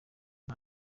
iyi